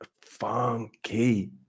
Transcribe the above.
funky